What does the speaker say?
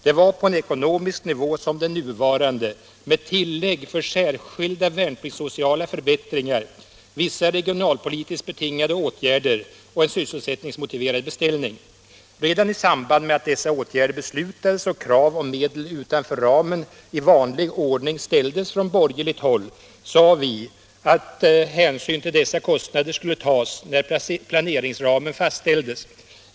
Det var på en ekonomisk nivå som den nuvarande med tillägg för särskilda värnpliktssociala förbättringar, vissa regionalpolitiskt betingade åtgärder och en sysselsättningsmotiverad beställning. Redan i samband med att dessa åtgärder beslutades och krav om medel utanför ramen i vanlig ordning ställdes från borgerligt håll, sade vi att hänsyn till dessa kostnader skulle tas när planeringsramen fastställdes.